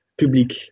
public